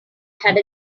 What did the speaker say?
had